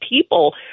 people